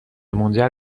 منجر